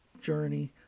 journey